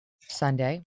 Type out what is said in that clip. Sunday